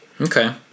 Okay